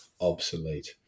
obsolete